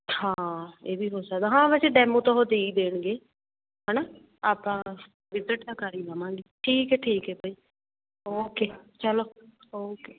ਹਾਂ ਇਹ ਵੀ ਹੋ ਸਕਦਾ ਹਾਂ ਵੈਸੇ ਡੈਮੋ ਤਾਂ ਉਹ ਦੇ ਹੀ ਦੇਣਗੇ ਹੈ ਨਾ ਆਪਾਂ ਵਿਜ਼ਟ ਤਾਂ ਕਰ ਹੀ ਆਵਾਂਗੇ ਠੀਕ ਹੈ ਠੀਕ ਹੈ ਭਈ ਓਕੇ ਚਲੋ ਓਕੇ